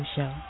Show